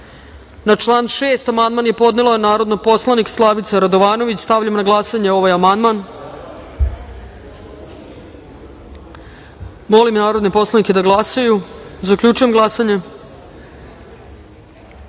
član 6. amandman je podnela narodni poslanik Slavica Radovanović. Stavljam na glasanje ovaj amandman. Molim narodne poslanike da glasaju. Zaključujem glasanje: